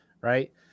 right